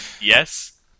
Yes